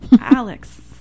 Alex